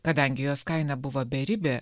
kadangi jos kaina buvo beribė